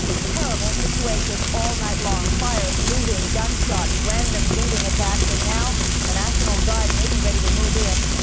terrible situation all night long. fires, looting, gunshots, random beating attacks. and now the national guard may be ready to move in.